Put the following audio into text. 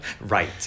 right